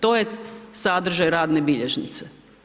To je sadržaj radne bilježnice.